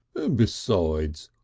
besides,